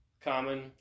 common